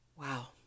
Wow